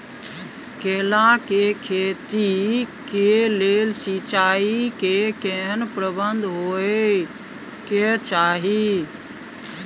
केला के खेती के लेल सिंचाई के केहेन प्रबंध होबय के चाही?